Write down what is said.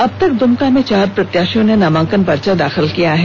अब तक दुमका में चार प्रत्याशियों ने नामांकन पर्चा दाखिल किया है